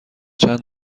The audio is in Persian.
چند